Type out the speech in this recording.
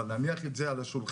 אבל להניח את זה על השולחן,